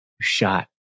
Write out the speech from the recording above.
shot